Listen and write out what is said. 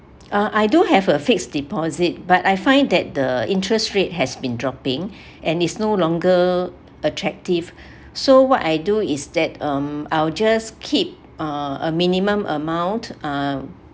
uh I do have a fixed deposit but I find that the interest rate has been dropping and is no longer attractive so what I do is that um I'll just keep uh a minimum amount um